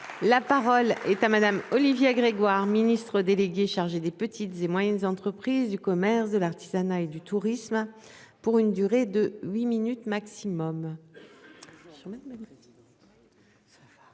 la parole est à madame Olivier. Voir Ministre délégué chargé des petites et moyennes entreprises, du commerce, de l'artisanat et du tourisme pour une durée de 8 minutes maximum.